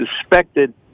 suspected